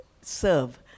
serve